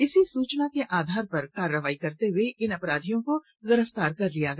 इसी सूचना के आधार पर कार्रवाई करते हुए इन अपराधियों को गिरफ्तार किया गया